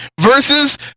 versus